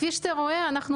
כפי שאתה רואה,